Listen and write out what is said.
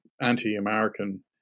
anti-American